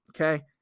Okay